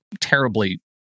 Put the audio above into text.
terribly